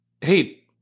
hey